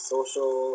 Social